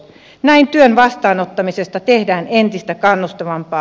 näin työn vastaanottamisesta tehdään entistä kannustavampaa